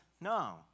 No